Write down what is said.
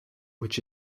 which